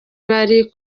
bari